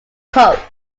post